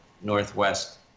Northwest